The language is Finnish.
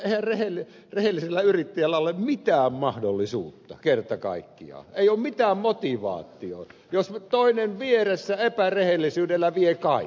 eihän rehellisellä yrittäjällä ole mitään mahdollisuutta kerta kaikkiaan ei ole mitään motivaatiota jos toinen vieressä epärehellisyydellä vie kaiken